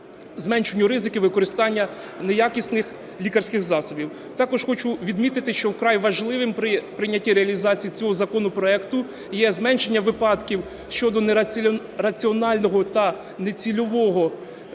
зменшенню ризиків використання неякісних лікарських засобів. Також хочу відмітити, що вкрай важливим при прийнятті реалізації цього законопроекту є зменшення випадків щодо нераціонального та нецільового відпуску